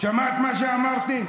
שמעת מה שאמרתי?